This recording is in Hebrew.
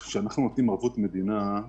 כשאנחנו נותנים ערבות מדינה,